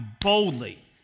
boldly